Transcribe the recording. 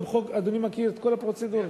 אדוני מכיר את כל הפרוצדורה,